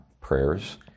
prayers